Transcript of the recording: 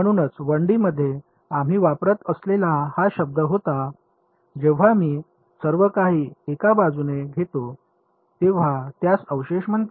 म्हणूनच 1D मध्ये आम्ही वापरत असलेला हा शब्द होता जेव्हा मी सर्वकाही 1 बाजूने घेतो तेव्हा त्यास अवशेष म्हणतात